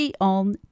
on